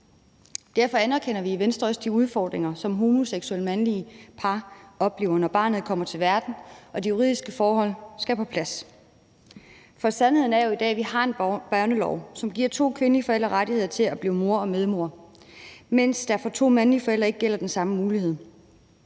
Derfor anerkender vi i Venstre også de udfordringer, som homoseksuelle mandlige par oplever, når barnet kommer til verden og de juridiske forhold skal på plads. For sandheden er jo i dag, at vi har en børnelov, som giver to kvindelige forældre rettigheder til at blive mor og medmor, mens der for to mandlige forældre ikke er den samme mulighed.